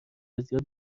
زیاد